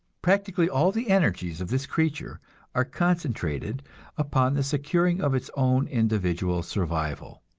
practically all the energies of this creature are concentrated upon the securing of its own individual survival.